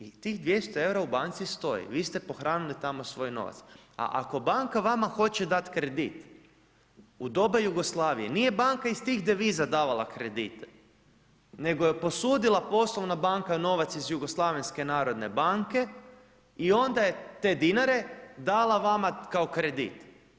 I tih 200 eura u banci, vi ste pohranili tamo svoj novac a ako banka vama hoće dat kredit, u doba Jugoslavije, nije banka iz tih deviza davala kredite nego je posudila poslovna banka novac iz Jugoslavenske narodne banke i onda je te dinare dala vama kao kredit.